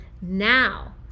now